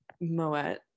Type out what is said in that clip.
Moet